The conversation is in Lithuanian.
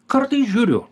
kartais žiūriu